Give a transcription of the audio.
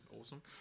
awesome